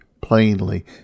plainly